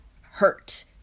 hurt